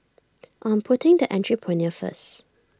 I'm putting the Entrepreneur First